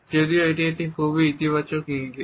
যদিও এটি একটি খুবই ইতিবাচক ইঙ্গিত